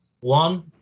One